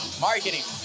Marketing